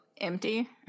empty